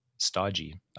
stodgy